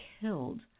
killed